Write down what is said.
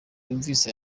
yumvise